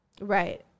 Right